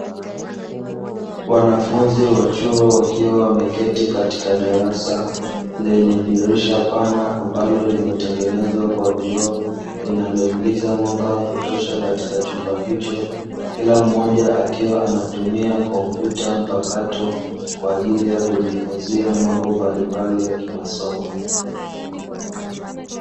Wanafunzi wa chuo wakiwa wameketi katika darasa lenye dirisha pana, ambalo limetengenezwa kwa vioo, linaloingiza mwanga wa kutosha katika chumba hicho. Kila Mmoja akiwa anatumia kompyuta mpakato kwa ajili ya kujifunzia mambo mbalimbali ya kimasomo.